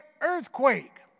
earthquake